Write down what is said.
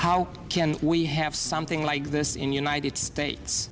how can we have something like this in united states